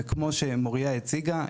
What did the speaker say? וכמו שמוריה הציגה,